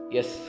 Yes